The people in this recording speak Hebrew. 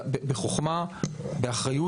באחריות,